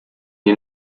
den